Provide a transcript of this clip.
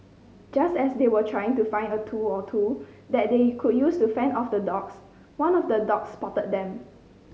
just as they were trying to find a tool or two that they could use to fend off the dogs one of the dogs spotted them